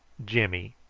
jimmy,